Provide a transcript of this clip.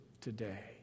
today